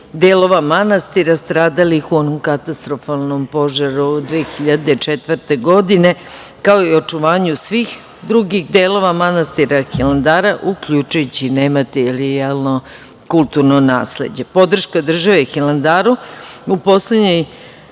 delova manastira stradalih u onom katastrofalnom požaru 2004. godine, kao i očuvanju svih drugih delova manastira Hilandara, uključujući i nematerijalno kulturno nasleđe. Podrška države Hilandaru u poslednjoj